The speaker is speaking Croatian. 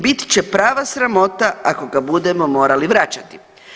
Bit će prava sramota ako ga budemo morali vraćati.